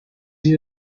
you